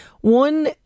One